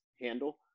handle